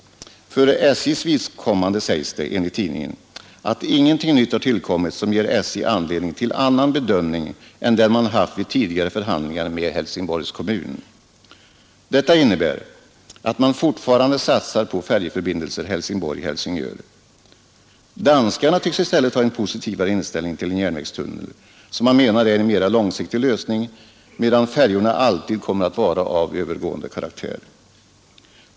För SJ:s vidkommande, säger tidningen, har ingenting nytt tillkommit som ger SJ anledning till annan bedömning än den man haft vid tidigare förhandlingar med Helsingborgs kommun. Detta innebär att man fortfarande satsar på färjförbindelsen Helsingborg-Helsingör. Danskarna tycks i stället ha en positivare inställning till den järnvägstunnel, som man menar är en mera långsiktig lösning, medan färjorna alltid kommer att vara av övergående karaktär.